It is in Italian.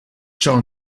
ciò